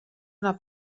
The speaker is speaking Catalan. una